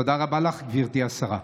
תודה רבה לך, גברתי השרה.